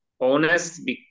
honest